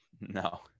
No